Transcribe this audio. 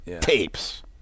tapes